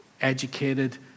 educated